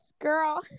girl